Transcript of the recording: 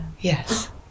Yes